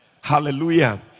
Hallelujah